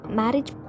marriage